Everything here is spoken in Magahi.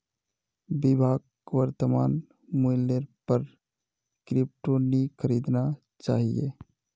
विभाक वर्तमान मूल्येर पर क्रिप्टो नी खरीदना चाहिए